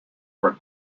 for